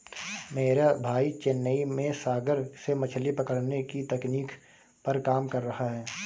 मेरा भाई चेन्नई में सागर से मछली पकड़ने की तकनीक पर काम कर रहा है